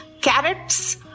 Carrots